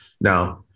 Now